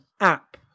app